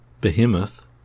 Behemoth